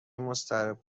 مضطرب